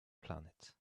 planet